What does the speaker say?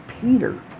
Peter